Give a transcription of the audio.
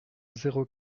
zéro